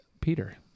Peter